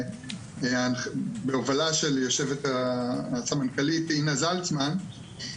בהובלה של הסמנכ"לית אינה זלצמן.